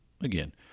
again